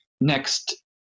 next